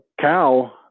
cow